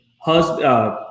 husband